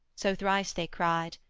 so thrice they cried,